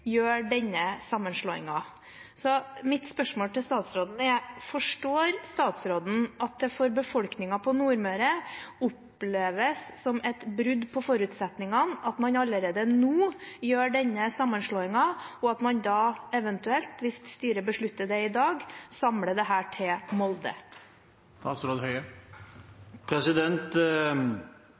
Så mitt spørsmål til statsråden er: Forstår statsråden at det for befolkningen på Nordmøre oppleves som et brudd på forutsetningene at man allerede nå gjør denne sammenslåingen, og at man da eventuelt, hvis styret beslutter det i dag, samler dette i Molde?